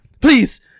Please